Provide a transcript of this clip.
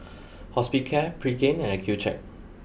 Hospicare Pregain and Accucheck